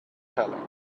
telling